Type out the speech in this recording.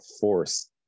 force